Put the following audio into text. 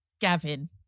Gavin